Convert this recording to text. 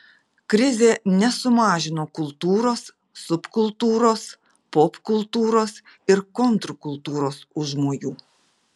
krizė nesumažino kultūros subkultūros popkultūros ir kontrkultūros užmojų